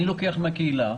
אני לוקח מן הקהילה.